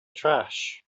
trash